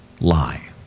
lie